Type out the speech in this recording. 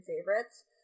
favorites